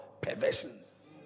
perversions